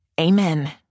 Amen